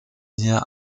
hier